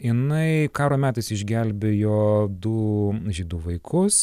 jinai karo metais išgelbėjo du žydų vaikus